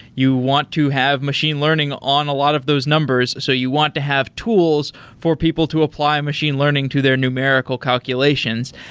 you want to have machine learning on a lot of those numbers. so you want to have tools for people to apply machine learning to their numerical calculations.